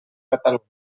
catalunya